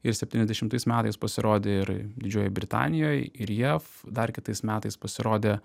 ir septyniasdešimtais metais pasirodė ir didžiojoj britanijoj ir jav dar kitais metais pasirodė